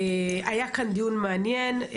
היה כאן דיון מעניין,